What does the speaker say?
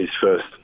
first